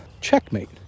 checkmate